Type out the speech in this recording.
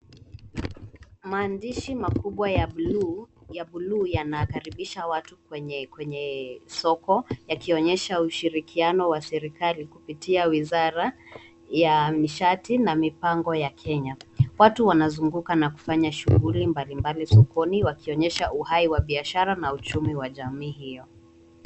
Maandishi makubwa ya buluu yanakaribisha watu kwenye soko yakionyesha ushirikiano wa serikali kupitia wizara ya nishati na mipango ya Kenya. Watu wanazunguka na kufanya shughuli mbalimbali sokoni wakionyesha uhai wa biashara na uchumi wa jamii hiyo.